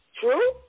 True